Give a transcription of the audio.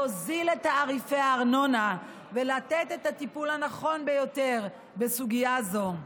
להוזיל את תעריפי הארנונה ולתת את הטיפול הנכון ביותר בסוגיה זו.